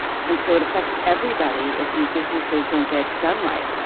and so it affects everybody if these businesses don't get done right.